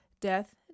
death